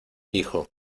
hijo